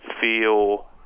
feel